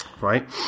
Right